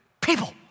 people